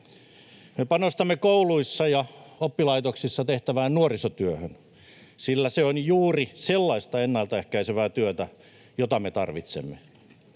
Me panostamme kouluissa ja oppilaitoksissa tehtävään nuorisotyöhön, sillä se on juuri sellaista ennaltaehkäisevää työtä, jota me tarvitsemme.